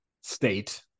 state